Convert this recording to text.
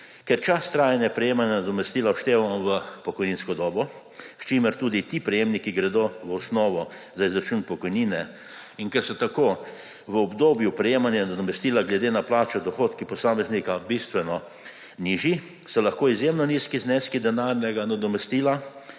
Ker čas trajanja prejemanja nadomestila vštevamo v pokojninsko dobo, s čimer tudi ti prejemki gredo v osnovo za izračun pokojnine, in ker so tako v obdobju prejemanja nadomestila glede na plačo dohodki posameznika bistveno nižji, se lahko izjemno nizki zneski denarnega nadomestila